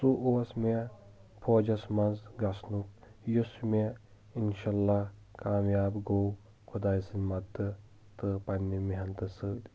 سُہ اوس مے فوجَس منٛز گژھنُک یُس مے انشاء اللّٰہ کامیاب گوو خۄداے سٕنٛدۍ مدتہٕ تہٕ پَننہِ مٮ۪حنتہِ سۭتۍ